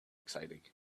exciting